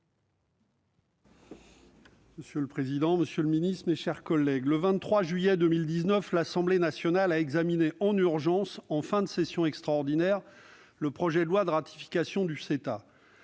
Monsieur le président, monsieur le ministre, mes chers collègues, le 23 juillet 2019, l'Assemblée nationale a examiné en urgence, en fin de session extraordinaire, le projet de loi de ratification du CETA.